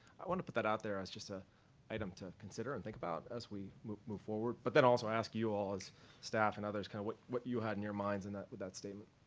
i want to put that out there as just a item to consider and think about as we move move forward but then also ask you all, as staff and others, kind of what what you had in your minds and with that statement.